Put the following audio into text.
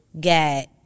got –